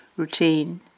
routine